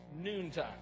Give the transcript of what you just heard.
noontime